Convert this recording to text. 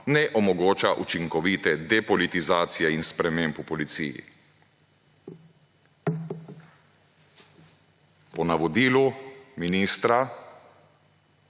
ne omogoča učinkovite depolitizacije in sprememb v policiji.« Po navodilu ministra